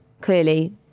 clearly